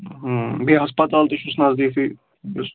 بیٚیہِ ہَسپَتال تہِ چھُس نَزدیٖکٕے یُس